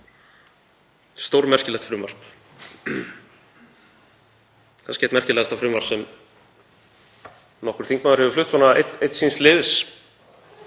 stórmerkilegt frumvarp, kannski eitt merkilegasta frumvarp sem nokkur þingmaður hefur flutt einn síns liðs,